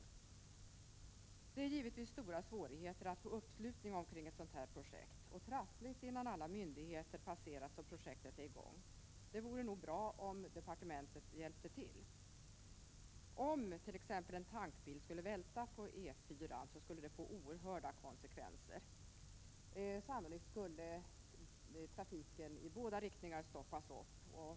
Det innebär givetvis stora svårigheter att åstadkomma uppslutning kring ett sådant här projekt, och det är trassligt innan alla myndigheter passerats och projektet är i gång. Det vore nog bra om departementet hjälpte till. Om t.ex. en tankbil skulle välta på E4-an skulle det få oerhörda konsekvenser. Sannolikt skulle trafiken i båda riktningarna stoppas.